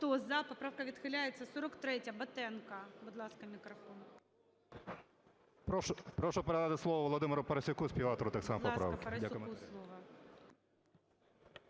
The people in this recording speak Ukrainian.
Дякую,